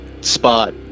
spot